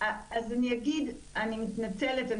אז אני אגיד: אני מתנצלת,